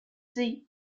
sie